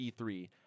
E3